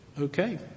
Okay